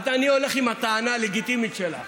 את, אני הולך עם הטענה הלגיטימית שלך